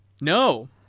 No